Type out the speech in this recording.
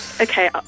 Okay